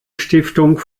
stiftung